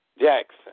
Jackson